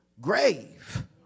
grave